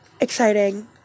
exciting